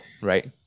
right